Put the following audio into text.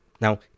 now